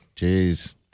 Jeez